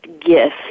gift